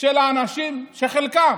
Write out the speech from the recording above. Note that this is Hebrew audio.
של האנשים, של חלקם,